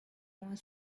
more